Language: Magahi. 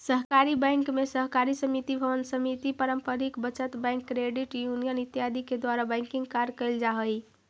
सहकारी बैंक में सहकारी समिति भवन समिति पारंपरिक बचत बैंक क्रेडिट यूनियन इत्यादि के द्वारा बैंकिंग कार्य कैल जा हइ